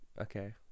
Okay